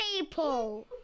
people